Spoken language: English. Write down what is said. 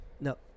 No